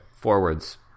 forwards